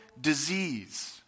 disease